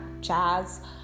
jazz